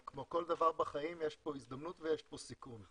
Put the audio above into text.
כמו כל דבר בחיים, יש פה הזדמנות ויש פה סיכון.